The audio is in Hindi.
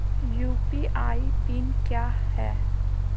यू.पी.आई पिन क्या है?